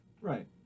Right